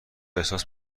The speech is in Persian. احساس